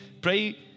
Pray